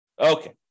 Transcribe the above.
Okay